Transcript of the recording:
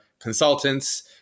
consultants